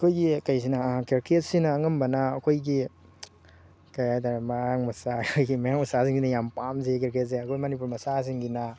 ꯑꯩꯈꯣꯏꯒꯤ ꯀꯔꯤꯁꯤꯅ ꯀ꯭ꯔꯤꯀꯦꯠꯁꯤꯅ ꯑꯅꯝꯕꯅ ꯑꯩꯈꯣꯏꯒꯤ ꯀꯩ ꯍꯥꯏꯇꯥꯔꯦ ꯃꯌꯥꯡ ꯃꯆꯥ ꯑꯩꯈꯣꯏꯒꯤ ꯃꯌꯥꯡ ꯃꯆꯥꯁꯤꯡꯁꯤꯅ ꯌꯥꯝ ꯄꯥꯝꯖꯩꯌꯦ ꯀ꯭ꯔꯤꯀꯦꯇꯁꯦ ꯑꯩꯈꯣꯏ ꯃꯅꯤꯄꯨꯔ ꯃꯆꯥꯁꯤꯡꯒꯤꯅ